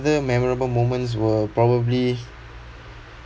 other memorable moments were probably